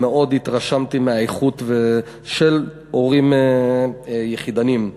ומאוד התרשמתי מהאיכות של הורים יחידניים.